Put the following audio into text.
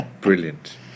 brilliant